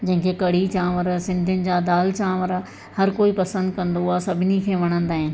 जंहिंखे कढ़ी चांवर सिंधियुनि जा दाल चांवर हर कोई पसंदि कंदो आहे सभिनी खे वणंदा आहिनि